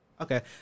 Okay